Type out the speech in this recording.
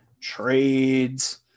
trades